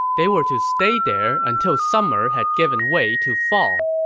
they were to stay there until summer had given way to fall,